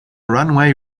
runway